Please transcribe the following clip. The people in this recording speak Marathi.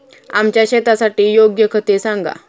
आमच्या शेतासाठी योग्य खते सांगा